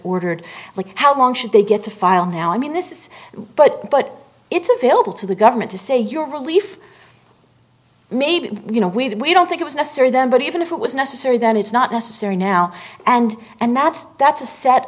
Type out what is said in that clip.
ordered like how long should they get to file now i mean this is but but it's available to the government to say your relief maybe you know we did we don't think it was necessary them but even if it was necessary then it's not necessary now and and that's that's a set